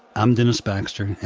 um dennis baxter,